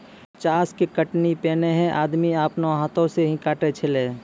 चास के कटनी पैनेहे आदमी आपनो हाथै से ही काटै छेलै